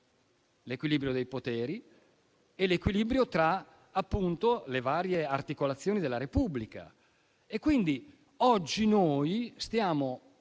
l'equilibrio dei poteri e l'equilibrio tra le varie articolazioni della Repubblica.